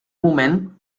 moment